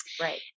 Right